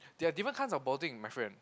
there are different kinds of balding my friend